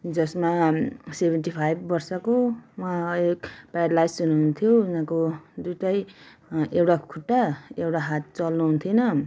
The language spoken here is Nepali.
जसमा सेभेन्टी फाइभ वर्षको उहाँ एक प्यारालाइज हुनुहुन्थ्यो उहाँको दुईवटै एउटा खुट्टा एउटा हात चल्नु हुन्थेन